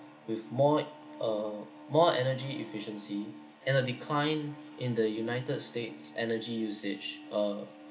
with more uh more energy efficiency and a decline in the united states energy usage uh